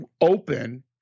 open